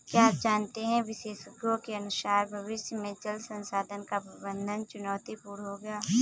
क्या आप जानते है विशेषज्ञों के अनुसार भविष्य में जल संसाधन का प्रबंधन चुनौतीपूर्ण होगा